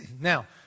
Now